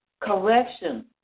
correction